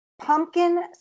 Pumpkin